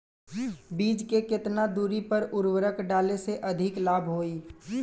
बीज के केतना दूरी पर उर्वरक डाले से अधिक लाभ होई?